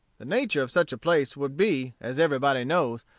the nature of such a place would be, as everybody knows,